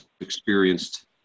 experienced